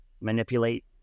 manipulate